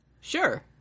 Sure